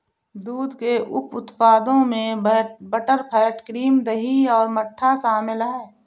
दूध के उप उत्पादों में बटरफैट, क्रीम, दही और मट्ठा शामिल हैं